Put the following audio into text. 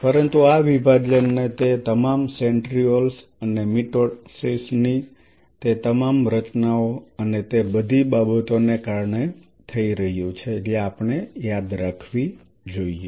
પરંતુ આ વિભાજન તે તમામ સેન્ટ્રીઓલ્સ અને મિટોસિસ ની તે તમામ રચનાઓ અને તે બધી બાબતોને કારણે થઈ રહ્યું છે જે આપણે યાદ રાખીવી જોઈએ